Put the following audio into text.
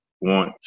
want